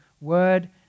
word